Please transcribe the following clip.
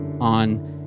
on